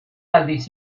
aldiz